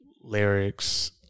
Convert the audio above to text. lyrics